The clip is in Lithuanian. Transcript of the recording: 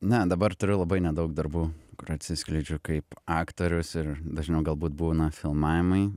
ne dabar turiu labai nedaug darbų kur atsiskleidžiu kaip aktorius ir dažniau galbūt būna filmavimai